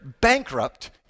bankrupt